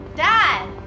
Dad